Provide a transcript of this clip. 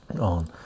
on